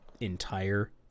entire